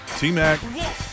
T-Mac